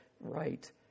right